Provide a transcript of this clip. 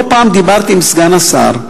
לא פעם דיברתי עם סגן השר.